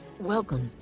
Welcome